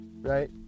right